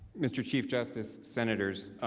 mr. chief justice senators,